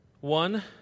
One